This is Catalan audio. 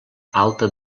alta